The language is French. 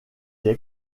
est